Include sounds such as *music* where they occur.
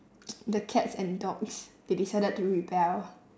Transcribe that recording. *noise* the cats and dogs they decided to rebel